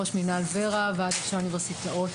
ראש מינהל בוועד ראשי האוניברסיטאות